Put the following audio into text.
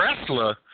wrestler